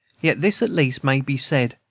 yet this, at least, may be said.